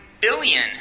billion